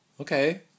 Okay